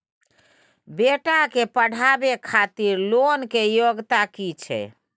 बेटा के पढाबै खातिर लोन के योग्यता कि छै